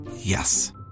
Yes